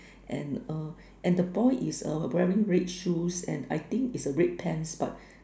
and err and the boy is err wearing red shoes and I think is a red pants but